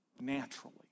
naturally